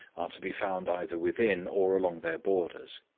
are to be found either within or along their borders.